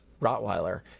Rottweiler